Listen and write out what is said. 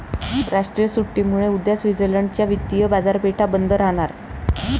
राष्ट्रीय सुट्टीमुळे उद्या स्वित्झर्लंड च्या वित्तीय बाजारपेठा बंद राहणार